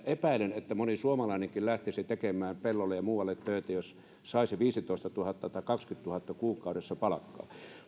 epäilen että moni suomalainenkin lähtisi tekemään pellolle ja muualle töitä jos saisi viisitoistatuhatta tai kaksikymmentätuhatta euroa kuukaudessa palkkaa